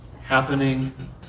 happening